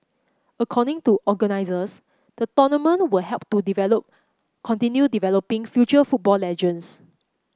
according to organizers the tournament will help to develop continue developing future football legends